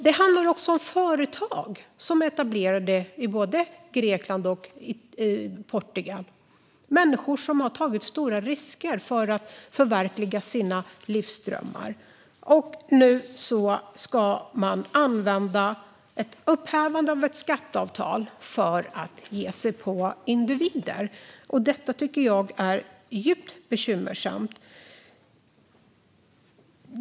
Det handlar också om företag som är etablerade i både Grekland och Portugal och människor som har tagit stora risker för att förverkliga sina livsdrömmar. Nu ska man använda upphävandet av ett skatteavtal för att ge sig på individer. Detta tycker jag är djupt bekymmersamt.